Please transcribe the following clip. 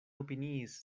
opiniis